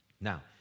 Now